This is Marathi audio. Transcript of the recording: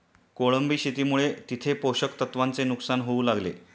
कोळंबी शेतीमुळे तिथे पोषक तत्वांचे नुकसान होऊ लागले